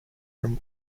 from